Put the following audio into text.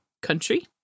country